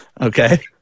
Okay